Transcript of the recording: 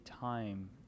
time